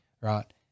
right